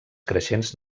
creixents